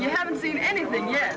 you haven't seen anything yet